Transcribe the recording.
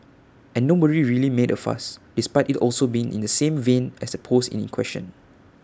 and nobody really made A fuss despite IT also being in the same vein as the post in question